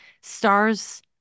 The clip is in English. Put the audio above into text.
Stars